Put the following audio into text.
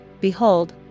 Behold